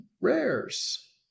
rares